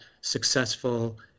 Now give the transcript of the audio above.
successful